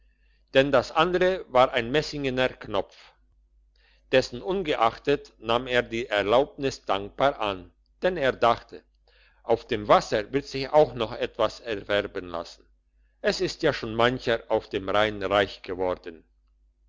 denn das andere war ein messingener knopf dessenungeachtet nahm er die erlaubnis dankbar an denn er dachte auf dem wasser wird sich auch noch etwas erwerben lassen es ist ja schon mancher auf dem rhein reich geworden